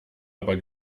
aber